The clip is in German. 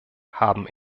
haben